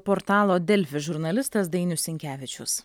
portalo delfi žurnalistas dainius sinkevičius